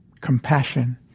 Compassion